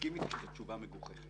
תסכים אתי שזו תשובה מגוחכת.